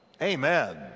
Amen